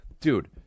dude